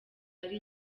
ari